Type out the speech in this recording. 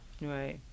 Right